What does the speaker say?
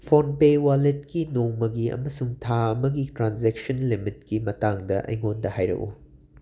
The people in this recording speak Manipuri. ꯐꯣꯟꯄꯦ ꯋꯥꯂꯦꯠꯀꯤ ꯅꯣꯡꯃꯒꯤ ꯑꯃꯁꯨꯡ ꯊꯥ ꯑꯃꯒꯤ ꯇ꯭ꯔꯥꯟꯖꯦꯛꯁꯟ ꯂꯤꯃꯤꯠꯀꯤ ꯃꯇꯥꯡꯗ ꯑꯩꯉꯣꯟꯗ ꯍꯥꯏꯔꯛꯎ